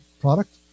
product